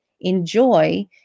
enjoy